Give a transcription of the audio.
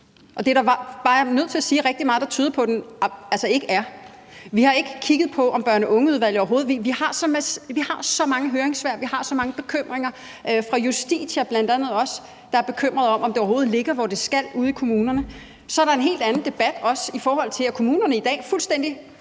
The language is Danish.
Jeg er bare nødt til at sige, at der er rigtig meget, der tyder på, at den ikke er det. Vi har ikke kigget på børn og unge-udvalget. Vi har så mange høringssvar. Vi har så mange bekymringer, bl.a. også fra Justitia, der er bekymret for, om det overhovedet ligger, hvor det skal, ude i kommunerne. Så er der også en helt anden debat, i forhold til at kommunerne i dag fuldstændig